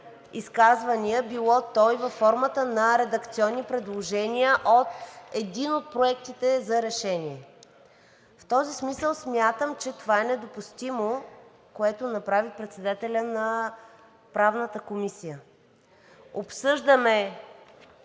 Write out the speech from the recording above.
изказвания, било то и във формата на редакционни предложения от един от проектите за решение. В този смисъл смятам, че това е недопустимо, което направи председателят на Правната комисия. Обсъждаме